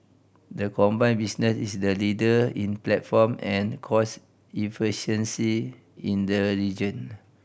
the combined business is the leader in platform and cost efficiency in the region